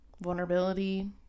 vulnerability